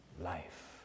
life